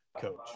coach